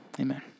Amen